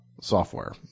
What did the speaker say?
software